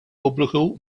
pubbliku